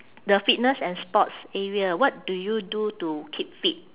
the fitness and sports area what do you do to keep fit